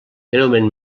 greument